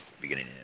beginning